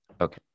Okay